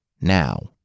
now